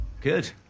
good